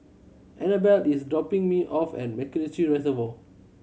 Anabel is dropping me off at MacRitchie Reservoir